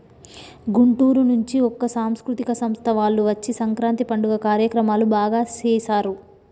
గుంటూరు నుంచి ఒక సాంస్కృతిక సంస్థ వాళ్ళు వచ్చి సంక్రాంతి పండుగ కార్యక్రమాలు బాగా సేశారు